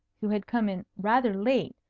who had come in rather late,